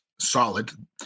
Solid